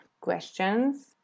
questions